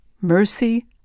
mercy